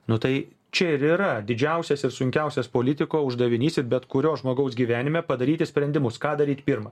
nu tai čia ir yra didžiausias ir sunkiausias politiko uždavinys ir bet kurio žmogaus gyvenime padaryti sprendimus ką daryt pirmą